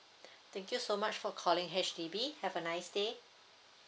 thank you so much for calling H_D_B have a nice day